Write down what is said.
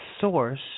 source